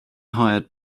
hired